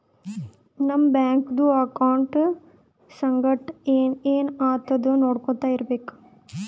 ನಮ್ ಬ್ಯಾಂಕ್ದು ಅಕೌಂಟ್ ಸಂಗಟ್ ಏನ್ ಏನ್ ಆತುದ್ ನೊಡ್ಕೊತಾ ಇರ್ಬೇಕ